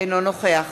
אינו נוכח